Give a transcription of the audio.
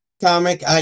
Comic